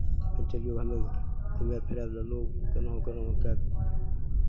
चलू हम्मे घूमे फिरे लेलहुँ केनहु केनहु कऽ